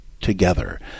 together